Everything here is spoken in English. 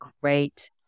great